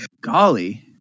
Golly